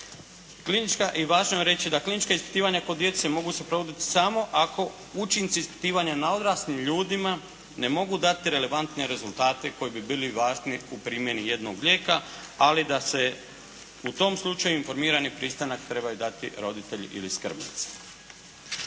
Važno je reći da klinička ispitivanja kod djece mogu se provoditi samo ako učinci ispitivanja na odraslim ljudima ne mogu dati relevantne rezultate koji bi bili važni u primjeni jednog lijeka ali da se u tom slučaju informirani pristanak trebaju dati roditelji ili skrbnici.